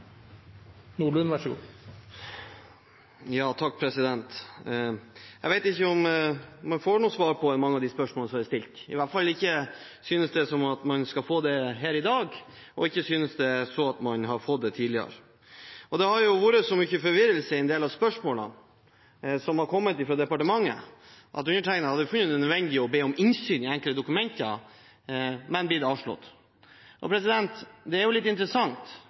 Jeg vet ikke om man får noe svar på mange av de spørsmålene som er stilt – i hvert fall synes det ikke som om man skal få det her i dag, og ikke synes det som om man har fått det tidligere. Og det har vært så mye forvirring i en del av svarene som har kommet fra departementet, at undertegnede har funnet det nødvendig å be om innsyn i enkelte dokumenter, men det er blitt avslått. Det er litt interessant